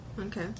Okay